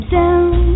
down